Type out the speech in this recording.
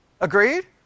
Agreed